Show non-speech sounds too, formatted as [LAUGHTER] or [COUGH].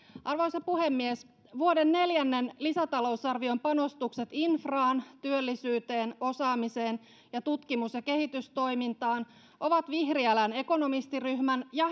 arvoisa puhemies vuoden neljännen lisätalousarvion panostukset infraan työllisyyteen osaamiseen ja tutkimus ja kehitystoimintaan ovat vihriälän ekonomistiryhmän ja [UNINTELLIGIBLE]